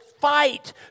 fight